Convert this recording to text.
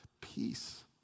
peace